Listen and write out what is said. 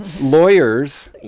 Lawyers